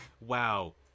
wow